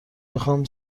بخواهم